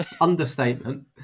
Understatement